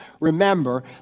Remember